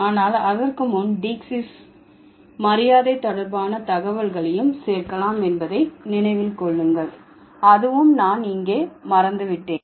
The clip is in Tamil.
ஆனால் அதற்கு முன் டீக்ஸிஸ் மரியாதை தொடர்பான தகவல்களையும் சேர்க்கலாம் என்பதை நினைவில் கொள்ளுங்கள் அதுவும் நான் இங்கே மறந்துவிட்டேன்